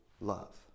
love